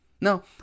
Now